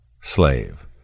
slave